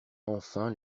enfin